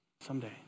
someday